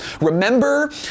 remember